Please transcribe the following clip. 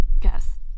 Guess